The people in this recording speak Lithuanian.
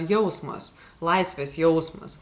jausmas laisvės jausmas